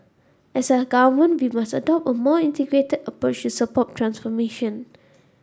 as a Government we must adopt a more integrated approach to support transformation